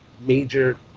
major